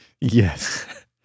Yes